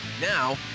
Now